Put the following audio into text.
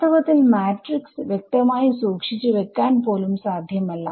വാസ്തവത്തിൽ മാട്രിക്സ് വ്യക്തമായി സൂക്ഷിച്ചു വെക്കാൻ പോലും സാധ്യമല്ല